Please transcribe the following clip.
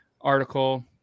article